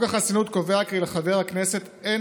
חוק החסינות קובע כי לחבר הכנסת אין